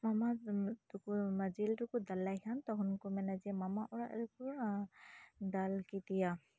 ᱢᱟᱢᱟ ᱛᱟᱠᱚ ᱡᱮᱞ ᱨᱮᱠᱚ ᱫᱟᱞ ᱞᱮᱠᱷᱟᱱ ᱛᱚᱠᱷᱚᱱ ᱠᱚ ᱢᱮᱱᱟ ᱡᱮ ᱢᱟᱢᱟ ᱚᱲᱟᱜ ᱨᱮᱠᱚ ᱫᱟᱞ ᱠᱮᱫᱮᱭᱟ